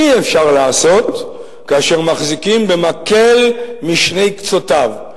אי-אפשר לעשות כאשר מחזיקים במקל משני קצותיו?